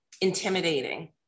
intimidating